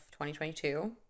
2022